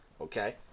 Okay